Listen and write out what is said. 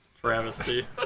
travesty